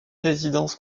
résidence